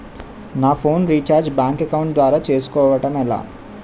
నా phone recharge bank account ద్వారా చేసుకోవటం ఎలా?